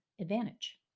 advantage